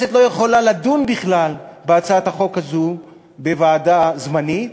הכנסת לא יכולה לדון בכלל בהצעת החוק הזאת בוועדה זמנית,